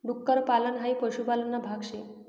डुक्कर पालन हाई पशुपालन ना भाग शे